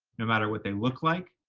no matter what they look like,